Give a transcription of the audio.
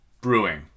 Brewing